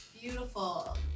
Beautiful